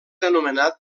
anomenat